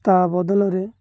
ତା' ବଦଳରେ